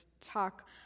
talk